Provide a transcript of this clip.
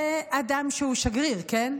זה אדם שהוא שגריר, כן?